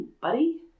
buddy